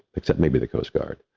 except maybe the coast guard.